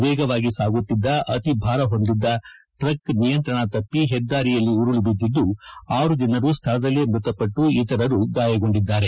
ವೇಗವಾಗಿ ಸಾಗುತ್ತಿದ್ದ ಅತಿಭಾರ ಹೊತ್ತಿದ್ದ ಟ್ರಕ್ ನಿಯಂತ್ರಣ ತಪ್ಪಿ ಹೆದ್ದಾರಿಯಲ್ಲಿ ಉರುಳಿ ಬಿದ್ದಿದ್ದು ಆರು ಜನರು ಸ್ನಳದಲ್ಲೇ ಮೃತಪಟ್ಲು ಇತರರು ಗಾಯಗೊಂಡಿದಾರೆ